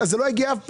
זה לא יגיע אף פעם,